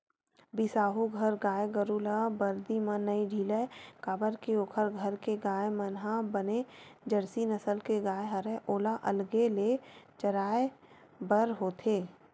बिसाहू घर गाय गरु ल बरदी म नइ ढिलय काबर के ओखर घर के गाय मन ह बने जरसी नसल के गाय हरय ओला अलगे ले चराय बर होथे